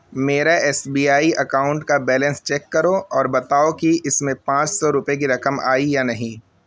میرا S B I account کا balance check کرو اور بتاؤ کہ اس میں پانچ سو روپئے کی رقم آئی یا نہیں